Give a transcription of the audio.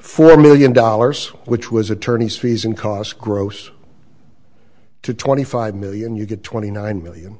four million dollars which was attorneys fees and costs gross to twenty five million you get twenty nine million